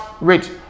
rate